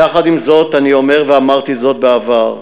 יחד עם זאת אני אומר, ואמרתי זאת בעבר: